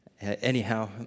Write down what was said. anyhow